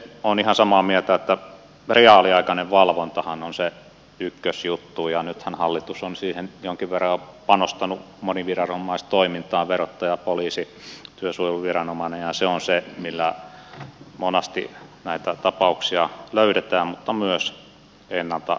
olen ihan samaa mieltä siitä että reaaliaikainen valvontahan on se ykkösjuttu ja nythän hallitus on siihen jonkin verran panostanut moniviranomaistoimintaan verottaja poliisi työsuojeluviranomainen ja se on se millä monesti näitä tapauksia löydetään mutta myös ennalta estetään ja kiinnijäämisriski kasvaa